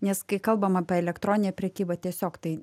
nes kai kalbam apie elektroninę prekybą tiesiog tai